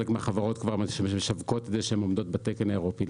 חלק מהחברות כבר משווקות שהן עומדות בתקן האירופי.